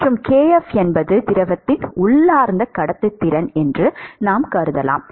மற்றும் kf என்பது திரவத்தின் உள்ளார்ந்த கடத்துத்திறன் என்று நாம் கருதலாம்